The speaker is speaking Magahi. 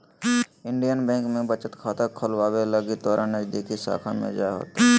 इंडियन बैंक में बचत खाता खोलावे लगी तोरा नजदीकी शाखा में जाय होतो